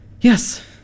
Yes